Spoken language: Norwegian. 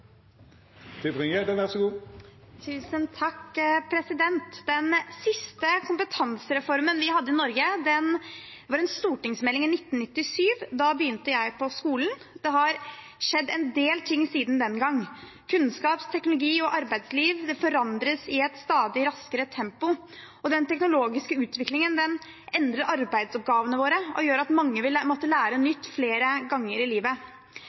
hadde i Norge, var en stortingsmelding i 1997. Da begynte jeg på skolen. Det har skjedd en del ting siden den gang. Kunnskap, teknologi og arbeidsliv forandres i et stadig raskere tempo, og den teknologiske utviklingen endrer arbeidsoppgavene våre og gjør at mange vil måtte lære nytt flere ganger i livet.